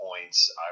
points